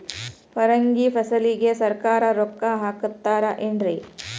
ಪರಂಗಿ ಫಸಲಿಗೆ ಸರಕಾರ ರೊಕ್ಕ ಹಾಕತಾರ ಏನ್ರಿ?